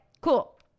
cool